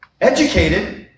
educated